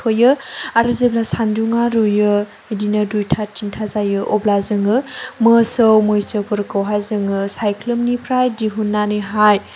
आरो जेब्ला सान्दुङा रुइयो दिनो दुइथा थिनथा जायो अब्ला जोङो मोसौ मैसोफोरखौहाय जोङो सायख्लुमनिफ्राय दिहुननानैहाय